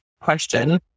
question